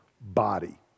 body